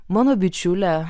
mano bičiulę